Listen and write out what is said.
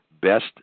Best